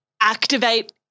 activate